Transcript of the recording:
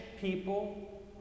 people